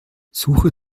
suche